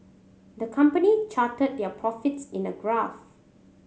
the company charted their profits in a graph